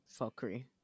fuckery